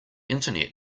internet